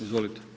Izvolite.